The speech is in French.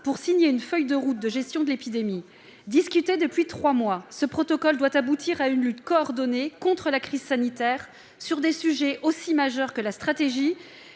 pour signer une feuille de route de gestion de l'épidémie. Discuté depuis trois mois, ce protocole doit aboutir à une lutte coordonnée contre la crise sanitaire, sur des sujets aussi majeurs que la stratégie